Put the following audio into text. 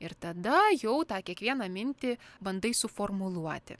ir tada jau tą kiekvieną mintį bandai suformuluoti